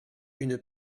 une